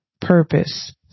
purpose